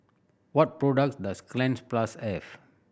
what products does Cleanz Plus have